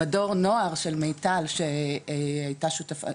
מדור נוער של מיטל שהייתה שותפה,